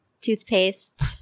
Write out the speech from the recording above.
toothpaste